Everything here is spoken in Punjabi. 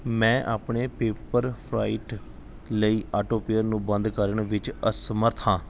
ਮੈਂ ਆਪਣੇ ਪੇਪਰਫ੍ਰਾਈਟ ਲਈ ਆਟੋਪੇਅਰ ਨੂੰ ਬੰਦ ਕਰਨ ਵਿੱਚ ਅਸਮਰੱਥ ਹਾਂ